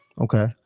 Okay